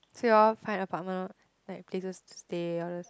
so you'll find apartment lor like places to stay all those